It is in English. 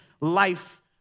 life